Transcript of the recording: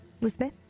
Lisbeth